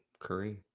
kareem